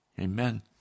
Amen